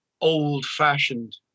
old-fashioned